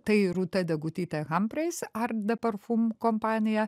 tai rūta degutytė hampreis art de parfum kompanija